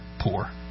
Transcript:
poor